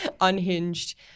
unhinged